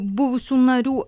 buvusių narių